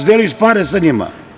Deliš pare sa njima?